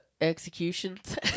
Executions